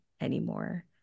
anymore